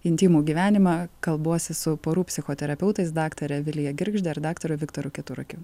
intymų gyvenimą kalbuosi su porų psichoterapeutais daktare vilija girgžde ir daktaru viktoru keturakiu